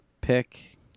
pick